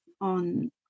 on